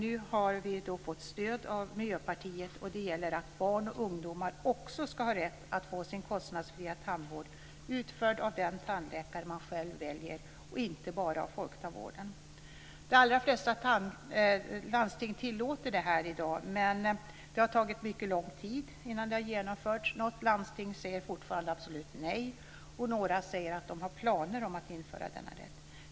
Nu har vi fått stöd av Miljöpartiet. Det gäller att barn och ungdomar också ska ha rätt att få sin kostnadsfria tandvård utförd av den tandläkare de själva väljer, och inte bara av Folktandvården. De allra flesta landsting tillåter detta i dag, men det har tagit mycket lång tid innan det har genomförts. Något landsting säger fortfarande absolut nej, och några säger att de har planer på att införa denna rätt.